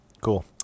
Cool